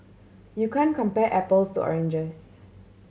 you can compare apples to oranges